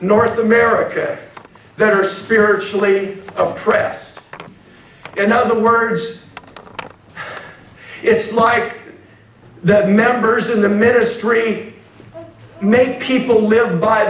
north america that are spiritually oppressed in other words it's like the members in the ministry make people live b